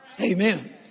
Amen